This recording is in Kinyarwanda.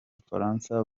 bafaransa